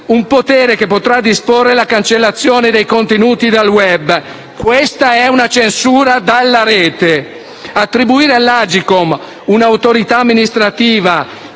un potere che potrà disporre la cancellazione dei contenuti dal *web*. Questa è una censura alla Rete. Attribuire all'Agcom, un'autorità amministrativa,